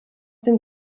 den